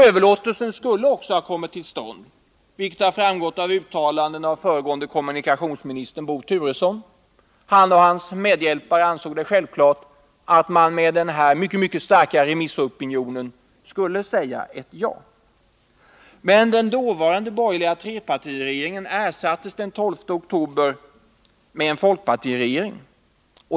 Överlåtelsen skulle också ha kommit till stånd, vilket har framgått av uttalanden av föregående kommunikationsministern Bo Turesson. Han och hans medhjälpare ansåg det självklart att man med den här mycket starka remissopinionen skulle säga ja. Men den dåvarande trepartiregeringen ersattes den 12 oktober med en folkpartiregering.